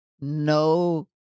No